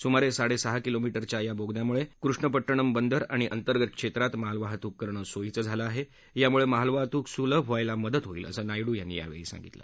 सुमारविाडक्का किलोमी उच्या या बोगद्यामुळक्रिष्णपट्टणम बंदर आणि अंतर्गत क्षक्रित मालवाहतुक करणं सोयीचं झालं आहक् यामुळमिलवाहतुक सुलभ व्हायला मदत होईल असं नायडू यांनी यावछी सांगितलं